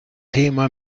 thema